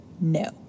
No